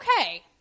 okay